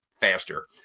faster